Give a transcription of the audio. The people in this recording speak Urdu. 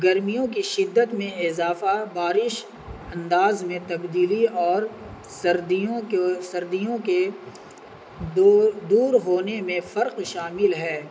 گرمیوں کی شدت میں اضافہ بارش انداز میں تبدیلی اور سردیوں کو سردیوں کےور دور ہونے میں فرق شامل ہے